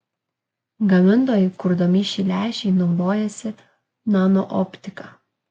gamintojai kurdami šį lęšį naudojosi nanooptika